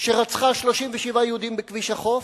שרצחה 37 יהודים בכביש החוף,